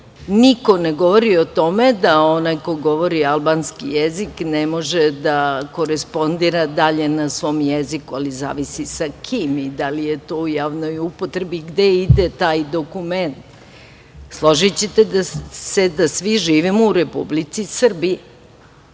ne govori o tome da onaj ko govori albanski jezik, ne može da korespondira dalje na svom jeziku, ali zavisi sa kim i da li je to u javnoj upotrebi i gde ide taj dokument. Složićete se da svi živimo u Republici Srbiji